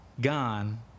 gone